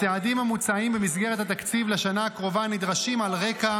הצעדים המוצעים במסגרת התקציב לשנה הקרובה נדרשים על רקע